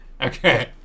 Okay